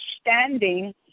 standing